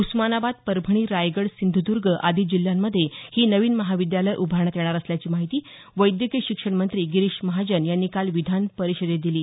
उस्मानाबाद परभणी रायगड सिंधुदुर्ग आदी जिल्ह्यामंध्ये ही नवीन महाविद्यालयं उभारण्यात येणार असल्याची माहिती वैद्यकीय शिक्षण मंत्री गिरीश महाजन यांनी काल विधान परिषदेत दिली